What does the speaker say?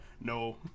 No